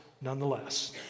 nonetheless